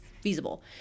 feasible